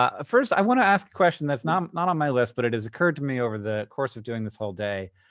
ah first i want to ask a question that's not not on my list, but it has occurred to me over the course of doing this whole day.